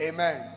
Amen